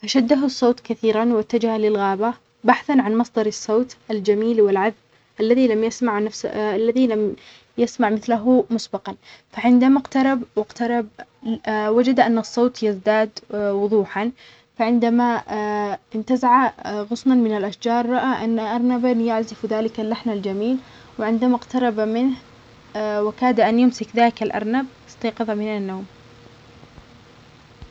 فشده الصوت كثيرًا واتجه للغابة بحثًا عن مصدر الصوت الجميل والعذب الذي لم يسمع الذي لم يسمع مثله مسبقًا فعندما اقترب واقترب وجد ان الصوت يزداد وضوحا فعندما انتزع غصنًا من الاشجار رأى ارنبًا يعزف ذلك اللحن الجميل وعندما اقترب منه وكاد ان يمسك ذاك الارنب استيقظ من النوم.